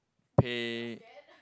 pay